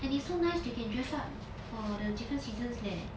and it's so nice they can dress up for the different seasons leh